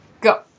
Go